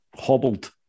hobbled